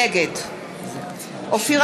נגד אופיר